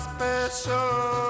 Special